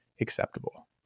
acceptable